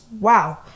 wow